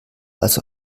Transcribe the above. als